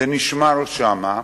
זה נשמר שם,